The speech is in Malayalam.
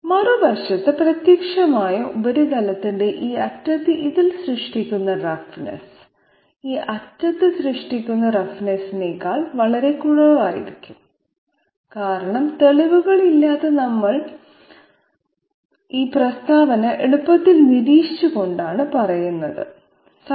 മറുവശത്ത് പ്രത്യക്ഷമായും ഉപരിതലത്തിന്റെ ഈ അറ്റത്ത് ഇതിൽ സൃഷ്ടിക്കുന്ന റഫ്നെസ്സ് ഈ അറ്റത്ത് സൃഷ്ടിക്കുന്ന റഫ്നെസ്സ്നേക്കാൾ വളരെ കുറവായിരിക്കും കാരണം തെളിവുകളില്ലാതെ നമുക്ക് ഈ പ്രസ്താവന എളുപ്പത്തിൽ നിരീക്ഷിച്ചുകൊണ്ട് പറയാൻ കഴിയും